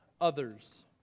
others